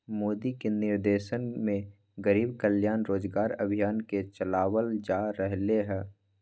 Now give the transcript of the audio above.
मोदी के निर्देशन में गरीब कल्याण रोजगार अभियान के चलावल जा रहले है